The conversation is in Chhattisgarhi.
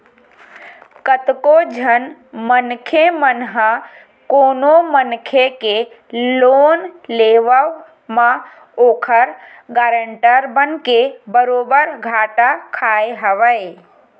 कतको झन मनखे मन ह कोनो मनखे के लोन लेवब म ओखर गारंटर बनके बरोबर घाटा खाय हवय